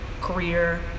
career